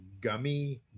gummy